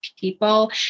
people